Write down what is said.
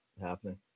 happening